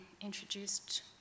introduced